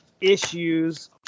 issues